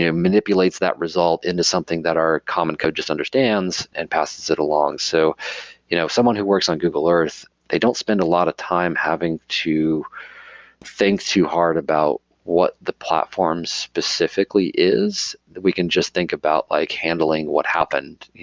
yeah manipulates that result into something that our common code just understands and passes it along. so you know someone who works on google earth, they don't spend a lot of time having to think too hard about what the platform specifically is we can just think about like handling what happened,